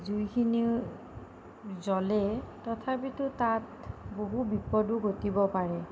জুইখিনিও জ্বলে তথাপিতো তাত বহু বিপদো ঘটিব পাৰে